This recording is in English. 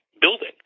building